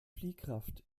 fliehkraft